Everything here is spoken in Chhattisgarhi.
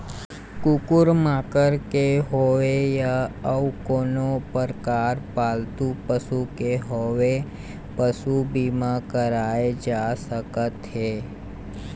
कुकुर माकर के होवय या अउ कोनो परकार पालतू पशु के होवय पसू बीमा कराए जा सकत हे